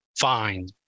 fine